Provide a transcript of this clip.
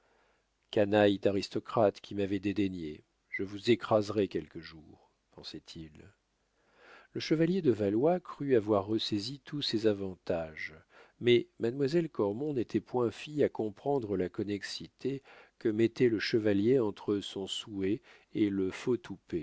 canailles d'aristocrates qui m'avez dédaigné je vous écraserai quelque jour pensait-il le chevalier de valois crut avoir ressaisi tous ses avantages mais mademoiselle cormon n'était point fille à comprendre la connexité que mettait le chevalier entre son souhait et le